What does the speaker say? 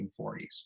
1940s